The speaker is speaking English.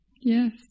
Yes